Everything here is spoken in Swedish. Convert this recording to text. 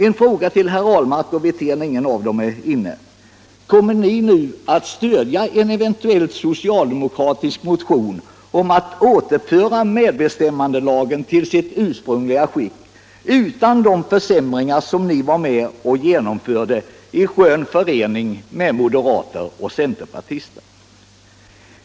En fråga till herrar Ahlmark och Wirtén — ingen av dem är inne i kammaren: Kommer ni nu att stödja en eventuell socialdemokratisk motion om att återföra medbestämmandelagen till sitt ursprungliga skick utan de försämringar som ni var med och genomförde i skön förening med moderater och centerpartister?